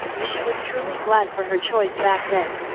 she was truly glad for her choice back then.